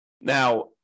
Now